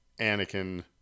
Anakin